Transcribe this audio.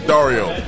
Dario